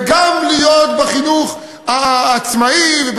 וגם להיות בחינוך העצמאי,